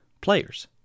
Players